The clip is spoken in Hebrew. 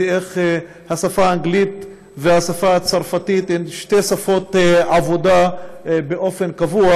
איך השפה האנגלית והשפה הצרפתית הן שתי שפות עבודה באופן קבוע,